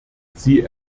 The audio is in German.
sie